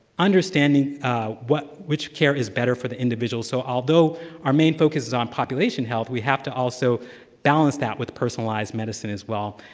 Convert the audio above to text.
understanding which care is better for the individual. so although our main focus is on population health, we have to also balance that with personalized medicine as well.